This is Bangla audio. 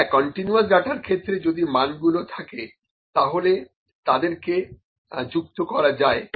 হ্যাঁ কন্টিনিউয়াস ডাটার ক্ষেত্রে যদি মান গুলো থাকে তাহলে তাদেরকে যুক্ত করা যায়